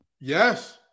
Yes